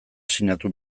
sinatu